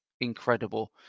incredible